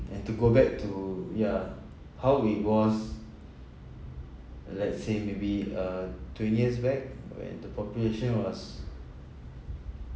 and to go back to ya how it was let's say maybe uh twenty years back when the population was